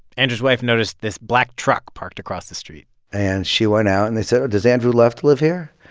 andrew's wife noticed this black truck parked across the street and she went out, and they said, does andrew left live here?